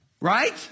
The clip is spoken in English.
Right